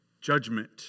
judgment